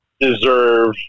deserve